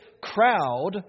crowd